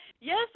Yes